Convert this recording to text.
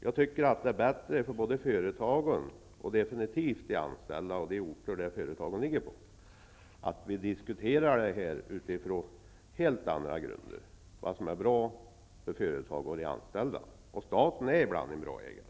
Jag tycker det är bättre för företagen och definitivt för de anställda och de orter där företagen ligger, att vi diskuterar saken på helt andra grunder -- utifrån vad som är bra för företagen och de anställda. Och staten är ibland en bra ägare.